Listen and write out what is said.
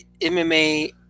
MMA